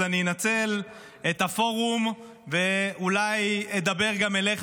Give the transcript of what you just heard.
אז אני אנצל את הפורום ואולי אדבר גם אליך,